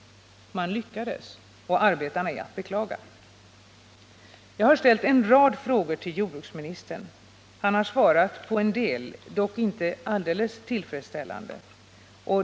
Man lyckades och arbetarna är att beklaga. Jag har ställt en rad frågor till jordbruksministern. Han har svarat på en del, dock inte alldeles tillfredsställande.